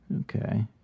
Okay